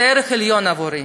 זה ערך עליון עבורי.